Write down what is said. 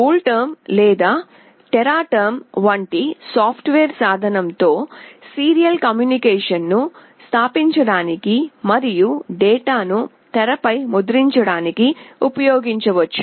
CoolTerm లేదా Tera Term వంటి software సాధనం సీరియల్ కమ్యూనికేషన్ను స్థాపించడానికి మరియు డేటాను తెరపై ముద్రించడానికి ఉపయోగించవచ్చు